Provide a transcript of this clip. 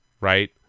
right